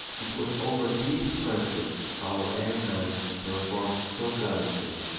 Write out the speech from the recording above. it was over these trenches our air men performed so gal lantly.